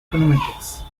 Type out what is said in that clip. econometrics